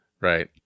Right